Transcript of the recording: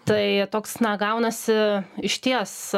tai toks na gaunasi išties